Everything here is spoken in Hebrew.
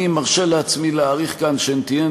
אני מרשה לעצמי להעריך כאן שהן תהיינה